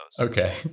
Okay